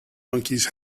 monkeys